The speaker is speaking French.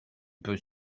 peut